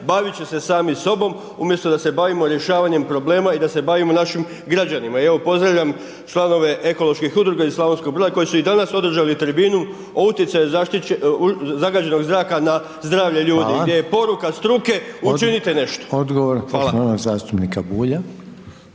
baviti će se sami sobom, umjesto da se bavimo rješavanjem problema i da se bavimo našim građanima. Evo pozdravljam članove ekoloških udruga iz Slavonskog Broda koji su i danas održali tribinu o utjecaju zagađenog zraka na zdravlje ljudi…/Upadica: Hvala/…gdje je poruka struke učinite nešto. **Reiner, Željko